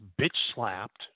bitch-slapped